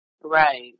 Right